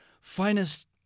finest